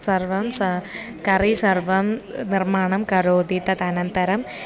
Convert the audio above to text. सर्वं स करि सर्वं निर्माणं करोति तदनन्तरम्